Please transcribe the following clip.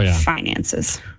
finances